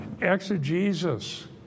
exegesis